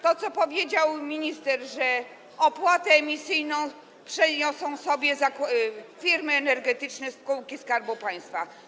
To, co powiedział minister - że opłatę emisyjną wezmą na siebie firmy energetyczne, spółki Skarbu Państwa.